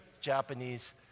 Japanese